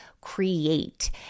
create